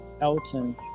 Elton